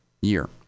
year